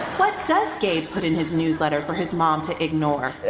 what does gabe put in his newsletter for his mom to ignore?